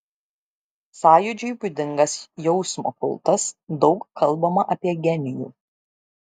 sąjūdžiui būdingas jausmo kultas daug kalbama apie genijų